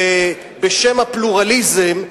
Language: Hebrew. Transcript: ובשם הפלורליזם,